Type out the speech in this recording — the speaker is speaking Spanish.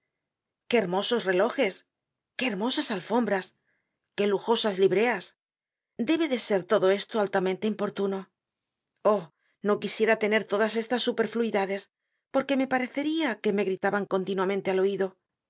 qué hermosos relojes qué hermosas alfombras qué lujosas libreas debe de ser todo esto altamente importuno oh no quisiera tener todas estas superfluidades porque roe pareceria que me gritaban continuamente al oido